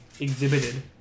Exhibited